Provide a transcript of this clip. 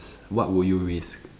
what would you risk